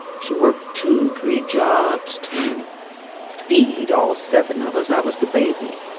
she worked two, three jobs to feed all seven of us. i was the baby.